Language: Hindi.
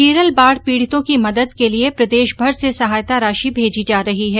केरल बाढ़ पीड़ितों की मदद के लिए प्रदेशभर से सहायता राशि भेजी जा रही है